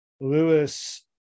Lewis